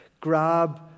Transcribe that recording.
grab